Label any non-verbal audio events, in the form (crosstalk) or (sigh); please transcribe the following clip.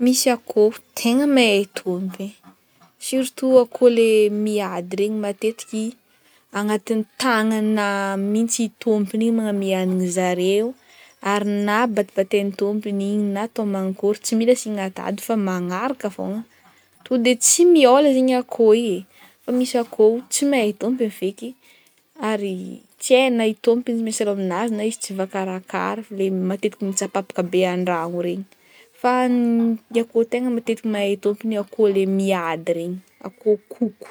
Misy akôho tegna mahe tompy, surtout akoho le miady regny matetiky agnatign'ny tagnana mintsy i tômpony i maname hanigny zareo, ary na batibataign'ny tompony igny na atao magn'kôry tsy mila asigna tady fa magnaraka fôgna, to de tsy mihôla zegny akôho i e fa misy akôho tsy mahe tompony feky ary tsy haigny na i tompony miasa loha amin'azy na izy tsy voakarakara f'le matetiky mitsapapaka be andragno regny, fa (hesitation) ny akôho tegna matetiky mahe tompony akôho le miady regny, akoho koko.